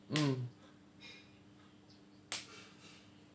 mm